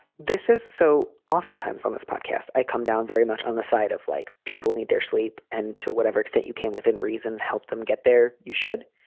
this is so oftentimes on this podcast. i come down very much on the side of like people need their sleep and to whatever extent you can within reason, help them get there. you should.